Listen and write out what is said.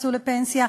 שיצאו לפנסיה,